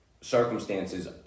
circumstances